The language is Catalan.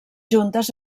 juntes